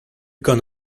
gone